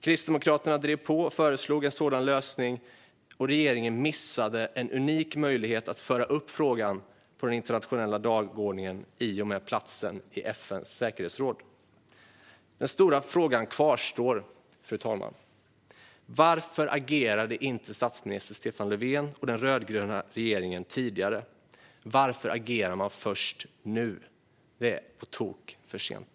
Kristdemokraterna drev på och föreslog en sådan lösning, och regeringen missade en unik möjlighet att föra upp frågan på den internationella dagordningen i och med platsen i FN:s säkerhetsråd. Den stora frågan kvarstår, fru talman. Varför agerade inte statsminister Stefan Löfven och den rödgröna regeringen tidigare? Varför agerar man först nu? Det är på tok för sent.